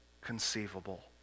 conceivable